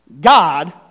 God